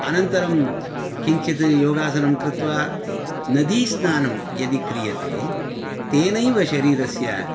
अनन्तरं किञ्चित् योगासनं कृत्वा नदीस्नानं यदि क्रियते तेनैव शरीरस्य